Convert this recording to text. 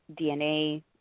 DNA